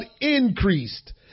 increased